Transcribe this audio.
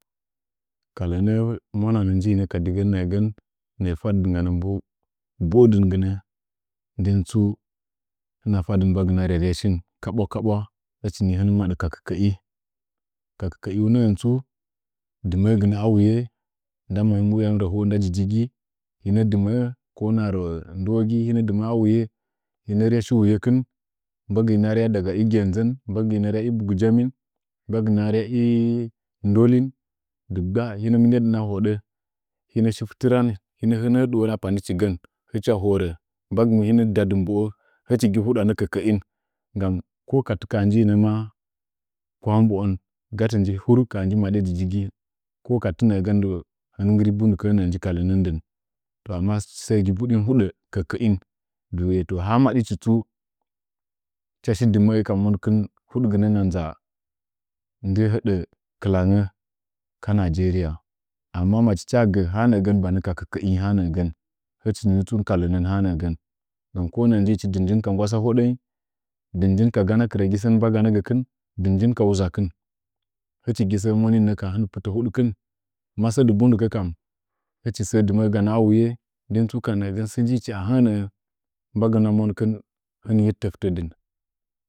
Ka lənəə mwananə nyiinə kadigɨn nəəgən nəə fadɨnganə boədingginə ndən tsu hina mbu ryarya shin kaɓura kaɓura, hichi hɨn madə ka kə kəin, kakɨkəɨunəngən tsu dinəə gɨnə a wuye, ndama hɨmmɨ uyam ləhoy nda jyigi hɨna dɨməə ko hma rə nduwogi lina domaa wuye, hina rya shuwuyekɨn, mbagɨura rya shiuwuyekin, mbagɨinə rya haga ɨ gənnʒə, mbagɨi rya ibugɨjamən, mbagi na nya ɨ ndotin, dɨgba’a hina mɨnya dɨn a hodə, dɨgba’a hina shi fitiram hɨna hɨnəə dɨwon a panic higən hɨcho horə, mbagɨ mɨndəna da dɨ mboə hɨchi gɨ hnɗanə kəkəin nggam ka ha njinə maa kwaamboəm gatə ti madya jyigi, ko ka tɨnəəgən hin nggɨr bunodəə ndocha lənə dɨn amma səgɨ tinhudə kəkəin dɨwuye to ha madichi tsu, hɨcha cha shi deməə ka monkɨn, hudginə na nʒa ndi hədə kɨlangə ka nɨgeria amma maticha gə haa nəəgən banə ka kɨkəing hanəgən nggan ko nəəgən nyihi dɨn njin ka ngguasa hodəng, din njin ka gana krəgi səə inbagana gəkɨn, dɨn njin ka wuʒakin hichi səə mroninnəkam hin nu pila’ hudkɨn masə dɨ bundɨkə kam hichi səə dɨməəgana nouye ndən tsu ka nəəgə ha njicha ahəənəə nibagɨna monkur hin mɨyettə fɨtə.